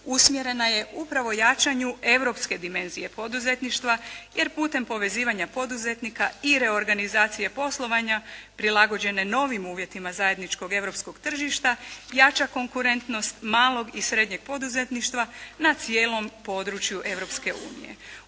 usmjerena je upravo jačanju europske dimenzije poduzetništva jer putem povezivanja poduzetnika i reorganizacije poslovanja prilagođene novim uvjetima zajedničkog europskog tržišta jača konkurentnost malog i srednjeg poduzetništva na cijelom području